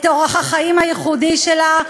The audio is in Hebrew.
את אורח החיים הייחודי שלה.